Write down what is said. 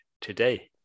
today